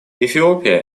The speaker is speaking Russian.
эфиопия